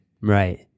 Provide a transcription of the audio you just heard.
Right